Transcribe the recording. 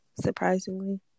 Surprisingly